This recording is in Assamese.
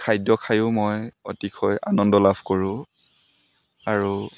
খাদ্য খায়ো মই অতিশয় আনন্দ লাভ কৰোঁ আৰু